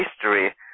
history